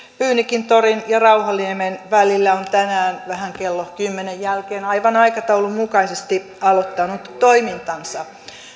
pyynikintorin ja rauhaniemen välillä on tänään vähän kello kymmeneen jälkeen aivan aikataulun mukaisesti aloittanut toimintansa